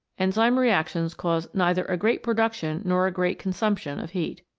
enzyme reactions cause neither a great production nor a great con sumption of heat.